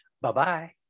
Bye-bye